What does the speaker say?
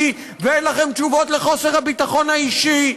ואין לכם תשובות לחוסר הביטחון האישי.